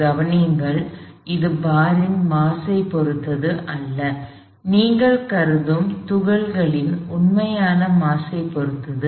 கவனியுங்கள் இது பாரின் மாஸ் ஐ பொறுத்தது அல்ல இது நீங்கள் கருதும் துகள்களின் உண்மையான மாஸ் ஐ பொறுத்தது அல்ல